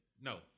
No